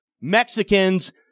Mexicans